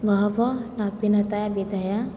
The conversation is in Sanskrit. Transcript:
बहवः नवीनताविधयः